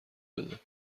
بده